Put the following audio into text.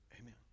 Amen